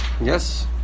Yes